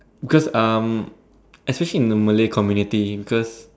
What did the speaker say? because um especially in the Malay community because